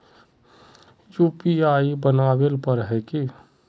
UPI बनावेल पर है की?